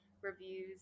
reviews